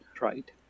right